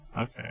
okay